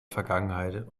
vergangenheit